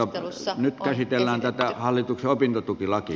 mutta nyt käsitellään tätä hallituksen opintotukilakia